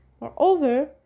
moreover